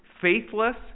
faithless